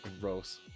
Gross